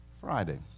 Friday